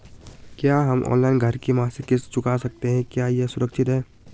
क्या हम ऑनलाइन घर की मासिक किश्त चुका सकते हैं क्या यह सुरक्षित है?